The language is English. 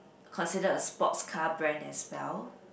considered a sports car brand as well